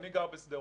אני גר בשדרות,